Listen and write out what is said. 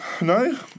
No